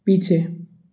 पीछे